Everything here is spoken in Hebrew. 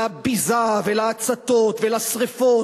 לביזה, ולהצתות, ולשרפות.